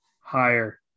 Higher